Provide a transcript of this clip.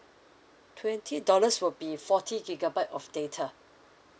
twenty dollars will be forty gigabyte of data